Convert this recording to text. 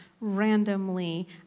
randomly